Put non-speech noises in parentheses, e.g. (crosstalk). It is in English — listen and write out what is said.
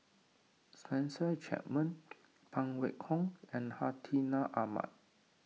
Spencer Chapman (noise) Phan Wait Hong and Hartinah Ahmad